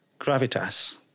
gravitas